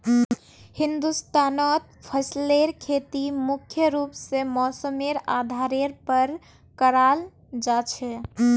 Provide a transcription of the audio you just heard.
हिंदुस्तानत फसलेर खेती मुख्य रूप से मौसमेर आधारेर पर कराल जा छे